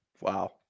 Wow